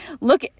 look